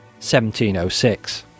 1706